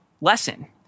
lesson